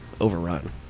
overrun